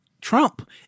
Trump